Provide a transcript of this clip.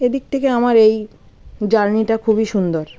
এদিক থেকে আমার এই জার্নিটা খুবই সুন্দর